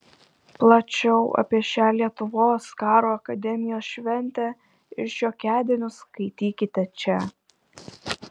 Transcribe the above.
plačiau apie šią lietuvos karo akademijos šventę ir šiokiadienius skaitykite čia